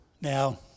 Now